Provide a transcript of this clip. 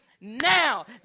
Now